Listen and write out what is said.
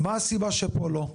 מה הסיבה שפה לא?